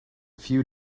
few